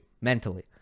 mentally